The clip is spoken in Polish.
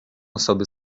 osoby